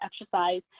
exercise